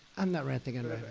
i'm not ranting and